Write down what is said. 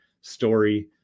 story